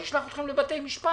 אני אשלח אתכם לבתי משפט.